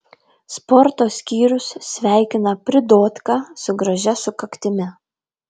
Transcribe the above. sporto skyrius sveikina pridotką su gražia sukaktimi